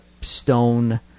Stone